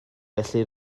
felly